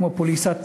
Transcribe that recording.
כמו פוליסת